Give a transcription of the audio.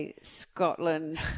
Scotland